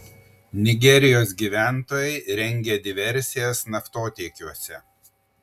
nigerijos gyventojai rengia diversijas naftotiekiuose